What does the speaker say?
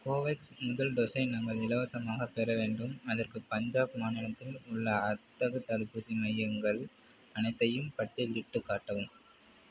Covovax முதல் டோஸை நாங்கள் இலவசமாகப் பெற வேண்டும் அதற்கு பஞ்சாப் மாநிலத்தில் உள்ள அத்தகு தடுப்பூசி மையங்கள் அனைத்தையும் பட்டியலிட்டுக் காட்டவும்